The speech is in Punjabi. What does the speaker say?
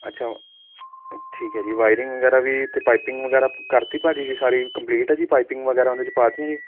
ਅੱਛਾ ਠੀਕ ਹੈ ਜੀ ਵਾਇਰਿੰਗ ਵਗੈਰਾ ਵੀ ਅਤੇ ਪਾਈਪਿੰਗ ਵਗੈਰਾ ਕਰਤੀ ਭਾਅ ਜੀ ਸਾਰੀ ਕੰਪਲੀਟ ਆ ਜੀ ਪਾਈਪਿੰਗ ਵਗੈਰਾ ਦੇ ਵਿੱਚ ਪਾ ਤੀਆਂ ਜੀ